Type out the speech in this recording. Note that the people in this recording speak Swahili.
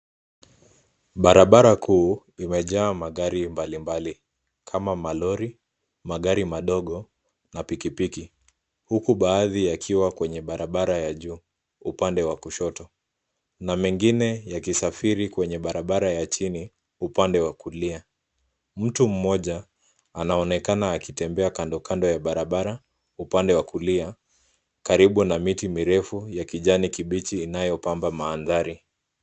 Barabara kuu imejaa magari mbalimbali kama malori, magari madogo na pikipiki huku baadhi yakiwa kwenye barabara ya juu upande wa kushoto, Na mengine yakisafiri kwenye barabara ya chini upande wa kulia. Mtu mmoja anaonekana akitembea kando kando ya barabara, upande wa kulia karibu na miti mirefu ya kijani kibichi inayopamba mandhari.